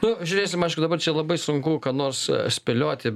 nu žiūrėsim aišku dabar čia labai sunku ką nors spėlioti